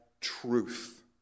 truth